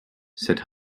said